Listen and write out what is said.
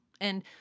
And-